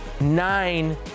nine